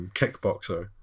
kickboxer